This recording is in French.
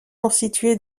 constitué